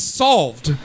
solved